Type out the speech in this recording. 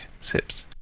sips